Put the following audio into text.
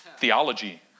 theology